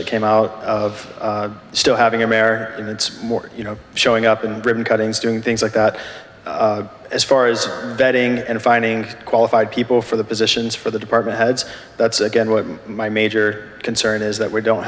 that came out of still having a mare and it's more you know showing up in britain cuttings doing things like that as far as betting and finding qualified people for the positions for the department heads that's again what my major concern is that we don't